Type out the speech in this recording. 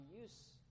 use